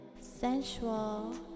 sensual